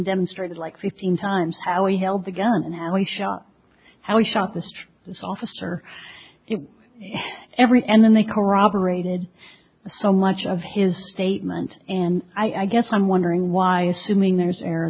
demonstrated like fifteen times how he held the gun and how he shot how he shot this this officer every and then they corroborated so much of his statement and i guess i'm wondering why assuming there's air